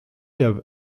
der